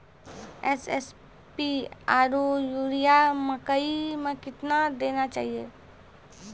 SSP आरु urea मकई मे कितना देना चाहिए?